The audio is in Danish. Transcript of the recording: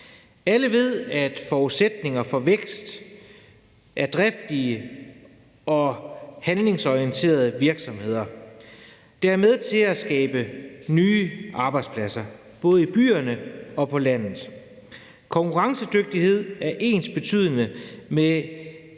Alle ved, at forudsætninger for vækst er driftige og handlingsorienterede virksomheder. Det er med til at skabe nye arbejdspladser både i byerne og på landet. Konkurrencedygtighed er ensbetydende med